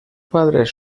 padres